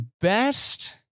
best